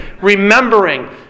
remembering